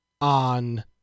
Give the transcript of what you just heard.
on